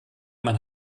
man